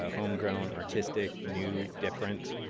ah homegrown, artistic, new, different,